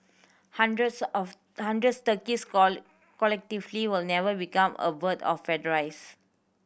hundreds of hundreds turkeys collectively will never become a bird of paradise